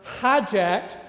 hijacked